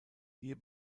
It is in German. hier